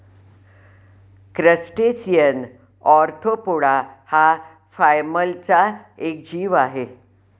crustacean arthropoda हा फायलमचा एक जीव आहे